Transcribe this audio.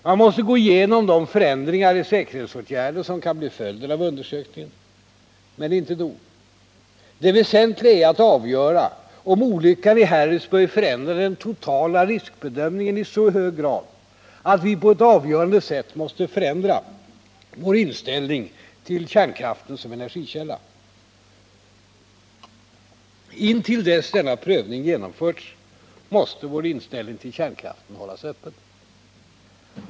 Man måste gå igenom de förändringar i säkerhetsåtgärder som kan bli följden av undersökningen. Men det är inte nog. Det väsentliga är att avgöra om olyckan i Harrisburg förändrar den totala riskbedömningen i så hög grad att vi på ett avgörande sätt måste förändra vår inställning till kärnkraften som energikälla. Intill dess att denna prövning genomförts måste vår inställning till kärnkraften hållas öppen.